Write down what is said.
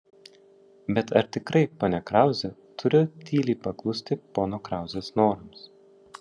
bet ar tikrai ponia krauzė turi tyliai paklusti pono krauzės norams